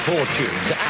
Fortunes